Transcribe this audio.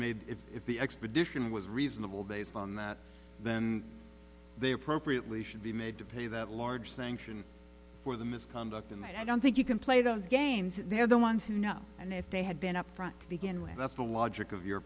made it if the expedition was reasonable based on that then they appropriately should be made to pay that large sanction for the misconduct and i don't think you can play those games they're the ones who know and if they had been upfront to begin with that's the logic of your